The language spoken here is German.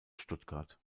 stuttgart